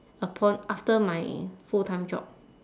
upon after my full-time job